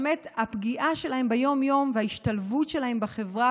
באמת הפגיעה שלהם ביום-יום וההשתלבות שלהם בחברה,